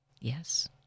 Yes